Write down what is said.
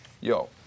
Yo